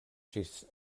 ĝis